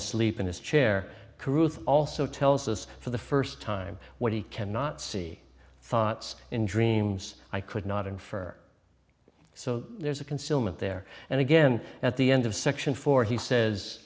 asleep in his chair also tells us for the first time what he cannot see thoughts in dreams i could not infer so there's a consumer at there and again at the end of section four he says